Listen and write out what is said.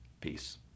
Peace